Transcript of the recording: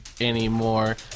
anymore